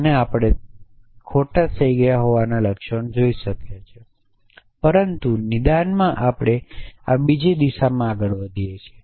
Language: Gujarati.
અને તેથી આપણે ખોટા થઈ ગયા હોવાના લક્ષણો જોઇ શકીએ છીએ પરંતુ નિદાનમાં આપણે આ બીજી દિશામાં આગળ વધીએ છીએ